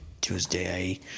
tuesday